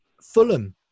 Fulham